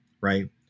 right